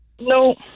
no